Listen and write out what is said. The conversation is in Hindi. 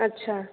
अच्छा